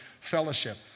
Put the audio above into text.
fellowship